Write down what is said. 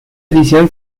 edición